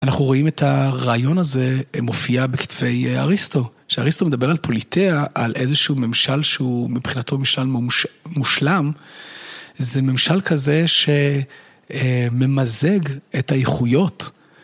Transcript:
אנחנו רואים את הרעיון הזה, מופיע בכתבי אריסטו. כשאריסטו מדבר על פוליטאה, על איזשהו ממשל שהוא מבחינתו ממשל מושלם, זה ממשל כזה שממזג את האיכויות.